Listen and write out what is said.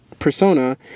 Persona